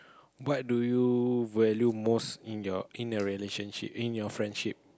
what do you value most in your in your relationship in your friendship